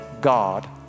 God